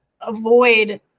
avoid